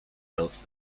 wealth